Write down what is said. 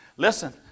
Listen